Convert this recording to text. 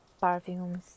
perfumes